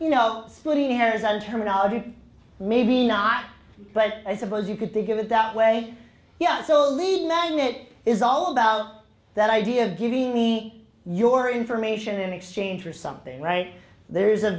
you know splitting hairs and terminology maybe not but i suppose you could think of it that way yeah it's a lead line it is all about that idea of giving me your information in exchange for something right there's a